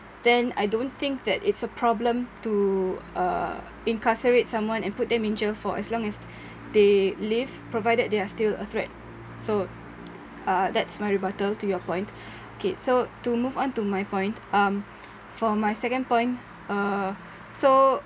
then I don't think that it's a problem to uh incarcerate someone and put them in jail for as long as they live provided they are still a threat so uh that's my rebuttal to your point K so to move on to my point um for my second point uh so